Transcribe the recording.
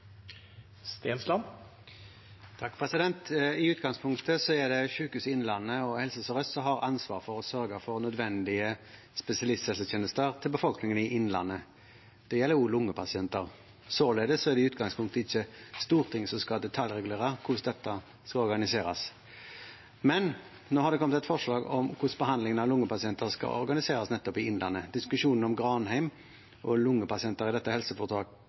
det Sykehuset Innlandet og Helse Sør-Øst som har ansvaret for å sørge for nødvendige spesialisthelsetjenester til befolkningen i Innlandet. Det gjelder også lungepasienter. Således er det i utgangspunktet ikke Stortinget som skal detaljregulere hvordan dette skal organiseres. Men nå har det kommet et forslag om hvordan behandlingen av lungepasienter skal organiseres nettopp i Innlandet. Diskusjonen om Granheim og lungepasienter i dette